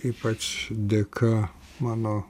ypač dėka mano